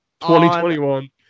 2021